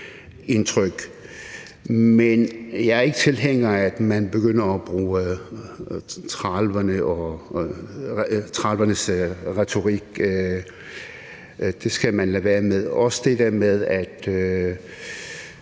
indtryk. Men jeg er ikke tilhænger af, at man begynder at bruge 1930'ernes retorik, det skal man lade være med, ligesom man